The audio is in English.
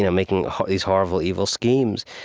yeah making these horrible, evil schemes.